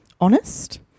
honest